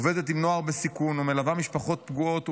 אני עובדת עם נוער בסיכון ומלווה משפחות פגועות,